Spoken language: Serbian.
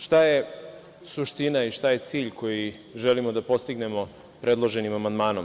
Šta je suština i šta je cilj koji želimo da postignemo predloženim amandmanom?